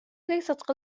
ليست